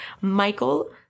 Michael